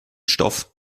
stoff